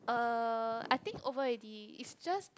uh I think over already is just that